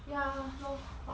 ya lor !wah!